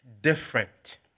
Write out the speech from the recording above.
different